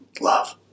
love